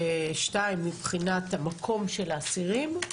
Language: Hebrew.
ושתיים, מבחינת המקום של האסירים.